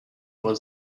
was